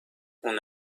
اون